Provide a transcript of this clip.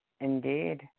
Indeed